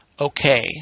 okay